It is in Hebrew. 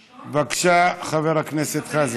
בבקשה, חבר הכנסת חזן.